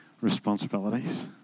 responsibilities